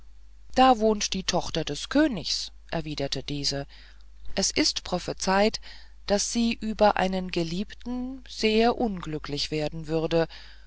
da wohnt die tochter des königs erwiderte diese es ist prophezeit daß sie über einen geliebten sehr unglücklich werden würde